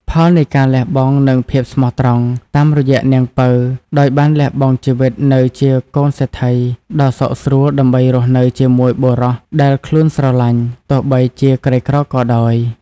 ផលនៃការលះបង់និងភាពស្មោះត្រង់តាមរយៈនាងពៅដោយបានលះបង់ជីវិតនៅជាកូនសេដ្ឋីដ៏សុខស្រួលដើម្បីរស់នៅជាមួយបុរសដែលខ្លួនស្រលាញ់ ទោះបីជាក្រីក្រក៏ដោយ។